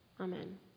amen